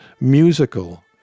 musical